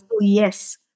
yes